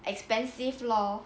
expensive lor